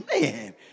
man